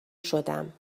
شدم